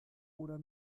oder